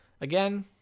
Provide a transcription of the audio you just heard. Again